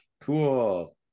cool